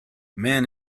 man